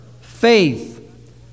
faith